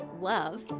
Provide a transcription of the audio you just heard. love